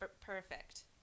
perfect